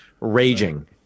raging